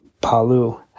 Palu